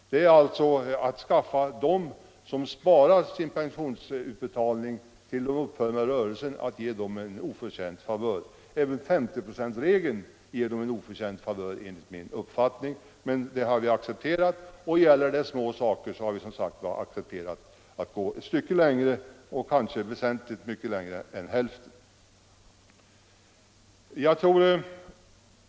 Det är alltså att skaffa dem som spar sin pensionsutbetalning tills de upphör med rörelsen en oförtjänt favör. Även 50-procentsregeln ger dem en oförtjänt favör enligt min uppfattning, men det har accepterats. Och gäller det små saker har vi som sagt accepterat att gå ett stycke längre — kanske väsentligt längre än till hälften.